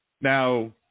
Now